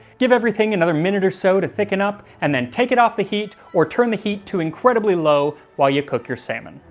give everything another minute or so to thicken up, and then take it off the heat, or turn the heat to incredibly low while you cook your salmon.